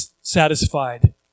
satisfied